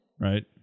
Right